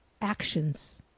actions